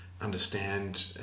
understand